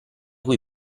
cui